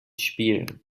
spiel